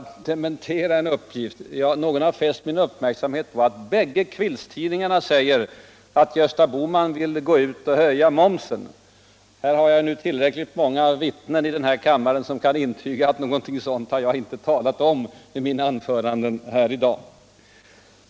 Herr talman! När det gäller herr Sträng beklagar jag verkligen att debattreglerna är som de är. Vi vill alla gärna höra Gunnar Sträng mera än vi fick göra för en stund sedan. Lät mig sedan. innan jag bemöter herr Sträng, bara dementera en uppgift. Någon har fäst min uppmirksamhet på att båda kvällsudningarna påstått att Gösta Bohman vill höja momsen. Jag har tillräckligt många viltnen här i kammaren som kan intvga att någonting sådant har jap inte sagt I mina anföranden här i dap.